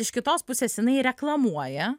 iš kitos pusės jinai reklamuoja